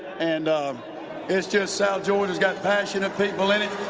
and um it's just so georgia's got passionate people in it.